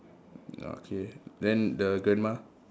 okay then the grandma